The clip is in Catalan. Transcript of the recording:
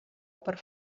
per